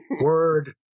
Word